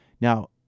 now